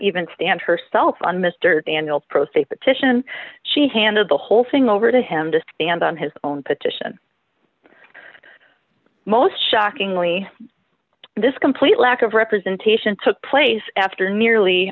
even stand herself on mr daniel pro state petition she handed the whole thing over to him to stand on his own petition most shockingly this complete lack of representation took place after nearly